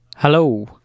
Hello